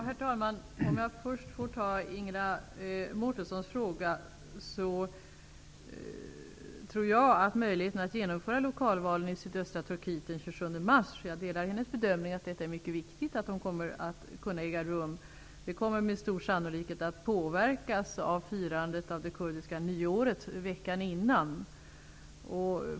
Herr talman! Först vill jag besvara Ingela Mårtenssons fråga. Jag tror att möjligheterna att genomföra lokalvalen i sydöstra Turkiet den 27 mars 1994 är goda. Jag delar hennes bedömning att det är viktigt att de kan äga rum. De kommer med stor sannolikhet att påverkas av firandet av det kurdiska nyåret veckan före.